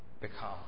become